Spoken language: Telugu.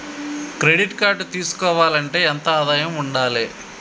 క్రెడిట్ కార్డు తీసుకోవాలంటే ఎంత ఆదాయం ఉండాలే?